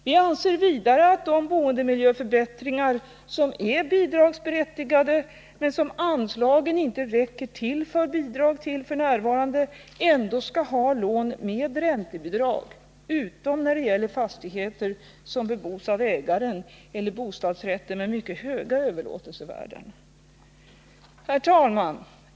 Vi anser vidare att de boendemiljöförbättringar som är bidragsberättigade, men till vilka anslagen för bidrag f. n. inte räcker, ändå skall ha lån med räntebidrag utom när det gäller fastigheter som bebos av ägaren eller bostadsrätter med mycket höga överlåtelsevärden. Fru talman!